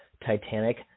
Titanic